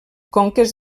conques